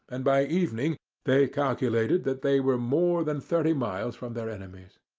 and by evening they calculated that they were more than thirty miles from their enemies.